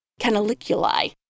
Canaliculi